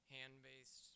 hand-based